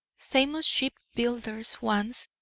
famous ship builders once,